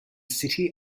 city